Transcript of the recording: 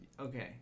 okay